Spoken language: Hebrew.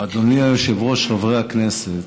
היושב-ראש, חברי הכנסת,